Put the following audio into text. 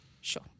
Sure